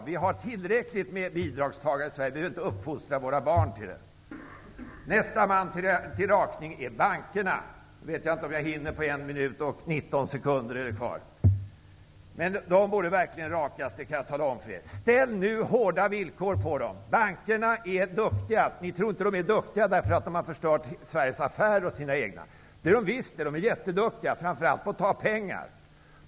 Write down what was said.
Det finns tillräckligt många bidragstagare i Sverige. Vi behöver inte uppfostra våra barn till att bli det! Näste man till rakning är bankerna. Jag vet inte om jag hinner på den taletid som är kvar, dvs. 1 minut och 19 sekunder. Bankerna borde verkligen rakas. Ställ nu hårda villkor! Bankerna är duktiga. Ni tror inte att de är duktiga, eftersom de har förstört både sina egna och Sveriges affärer. Men det är de visst. De är jätteduktiga, framför allt på att ta pengar!